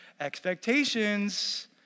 Expectations